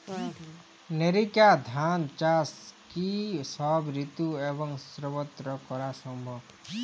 NERICA ধান চাষ কি সব ঋতু এবং সবত্র করা সম্ভব?